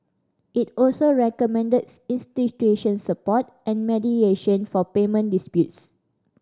it also recommended institution support and mediation for payment disputes